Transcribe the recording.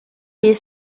les